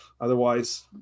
Otherwise